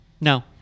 No